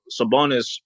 Sabonis